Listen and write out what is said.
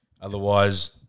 otherwise